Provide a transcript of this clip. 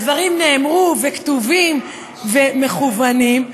הדברים נאמרו וכתובים ומכוונים,